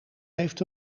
heeft